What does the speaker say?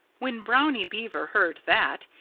when brownie beaver heard that,